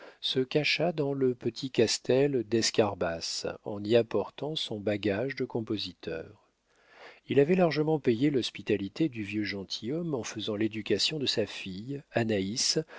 se cacha dans le petit castel d'escarbas en y apportant son bagage de compositeur il avait largement payé l'hospitalité du vieux gentilhomme en faisant l'éducation de sa fille anaïs